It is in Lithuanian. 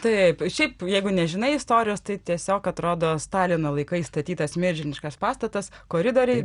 taip šiaip jeigu nežinai istorijos tai tiesiog atrodo stalino laikais statytas milžiniškas pastatas koridoriai